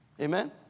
Amen